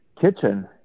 Kitchen